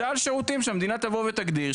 סל שירותים שהמדינה תבוא ותגדיר,